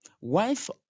wife